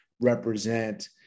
represent